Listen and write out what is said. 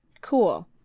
Cool